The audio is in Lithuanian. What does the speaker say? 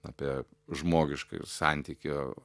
apie žmogiškojo santykio